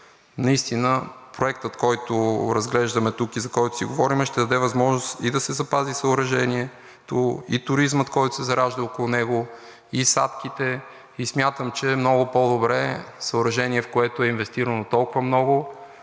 настина проектът, който разглеждаме тук и за който си говорим, ще даде възможност да се запази и съоръжението, и туризмът, който се заражда около него и садките. Смятам, че е много по-добре съоръжение, в което е инвестирано толкова много,